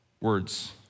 words